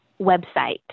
website